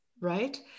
Right